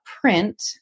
print